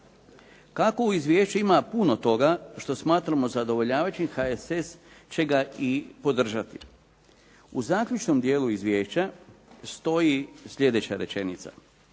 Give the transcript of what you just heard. Kako ovo izvješće ima puno toga što smatramo zadovoljavajućim HSS će ga i podržati. U zaključnom dijelu izvješća stoji sljedeća rečenica: